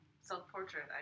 self-portrait